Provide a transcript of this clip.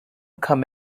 come